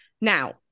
Now